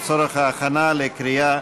בעד איוב קרא,